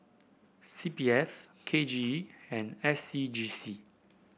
C P F K J E and S C G C